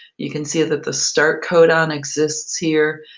you can see that the start codon exists here,